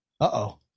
Uh-oh